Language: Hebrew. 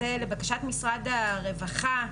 לבקשת משרד הרווחה,